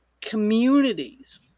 communities